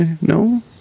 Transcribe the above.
No